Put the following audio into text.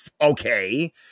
okay